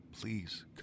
Please